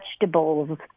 vegetables